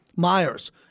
Myers